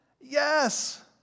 Yes